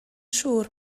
siŵr